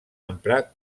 emprar